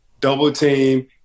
double-team